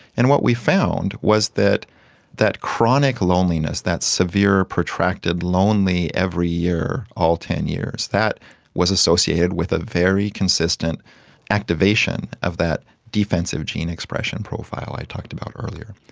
and what we found was that that chronic loneliness, that severe protracted lonely every year, all ten years, that was associated with a very consistent activation of that defensive gene expression profile i talked about earlier.